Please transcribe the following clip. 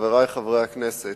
חברי חברי הכנסת,